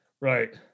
Right